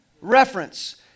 reference